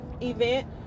event